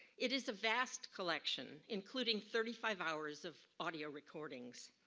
it is a vast collection, included thirty five hours of audio recordings.